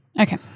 Okay